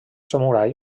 samurai